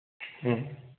হ্যাঁ